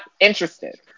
interested